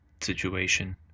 situation